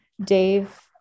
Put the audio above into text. Dave